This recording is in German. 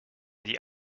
die